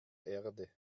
erde